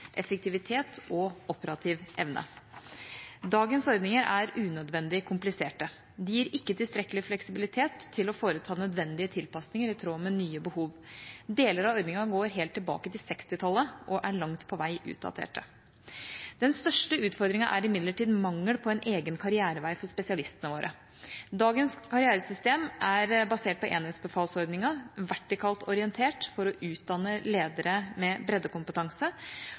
til å foreta nødvendige tilpasninger i tråd med nye behov. Deler av ordningen går helt tilbake til 1960-tallet og er langt på vei utdatert. Den største utfordringen er imidlertid mangel på en egen karrierevei for spesialistene våre. Dagens karrieresystem er basert på enhetsbefalsordningen, vertikalt orientert, for å utdanne ledere med breddekompetanse,